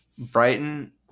Brighton